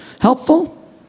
Helpful